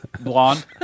Blonde